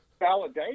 validation